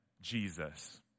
Jesus